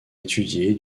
étudier